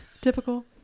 typical